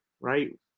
right